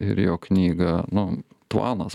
ir jo knygą nu tvanas